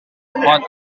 what